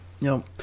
No